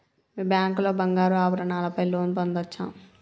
మీ bank లో బంగారు ఆభరణాల పై లోన్ పొందచ్చా?